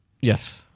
Yes